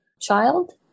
child